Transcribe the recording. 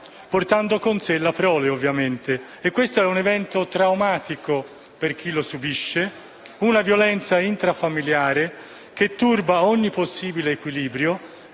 portando con sé la prole. Questo è un evento traumatico per chi lo subisce, una violenza intrafamiliare che turba ogni possibile equilibrio